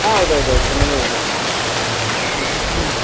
ಹಾಂ ಹೌದು ಹೌದು ಹೌದು ನಮ್ಮದಿದೆ ಹ್ಞೂ